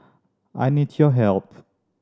I need your help